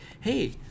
hey